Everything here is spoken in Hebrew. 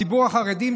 הציבור החרדי,